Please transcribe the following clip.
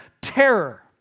terror